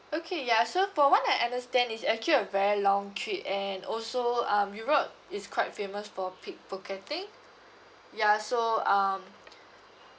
okay ya so for what I understand is actually a very long trip and also um europe is quite famous for pickpocketing ya so um